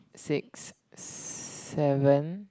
six seven